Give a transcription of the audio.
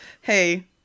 Hey